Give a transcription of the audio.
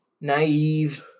naive